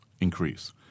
increase